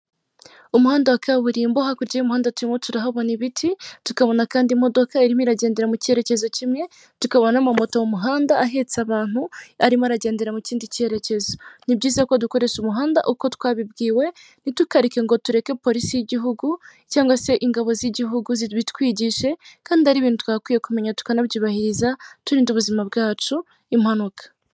Uyu mupapa mwiza cyane urabona ko umusatsi yawukuyeho hejuru. Hasi hari ubwanwa bwinshi nyuma ye urahabona imitako afite mikoro ari kubwira abantu benshi imbere ye hari ikayi n'ikaramu na telefone yegeranye n'undi mudamu ubona ko yiyubashye.